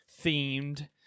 themed